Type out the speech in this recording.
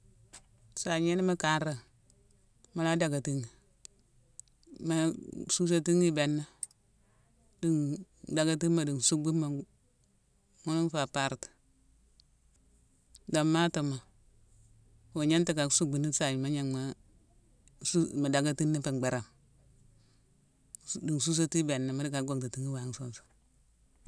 Sayigna, ni mu kanraghi, mu la dackatighi, ma-susétighi i béna. di ndackatima di, nsucbumma ghunu ifé apartu. Dommatoma iwa gnéinté suckbuni sayigna gnaghma-su-mu dackatini fu mbérama. di nsusatine ibéna mu dicka ghontitighi wame nsunsune.